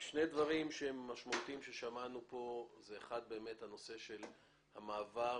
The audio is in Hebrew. דברים משמעותיים ששמענו פה זה באמת הנושא של המעבר,